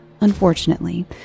Unfortunately